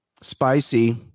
spicy